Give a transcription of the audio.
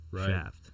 shaft